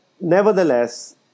nevertheless